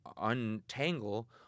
untangle